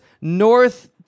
North